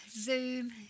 Zoom